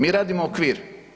Mi radimo okvir.